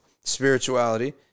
spirituality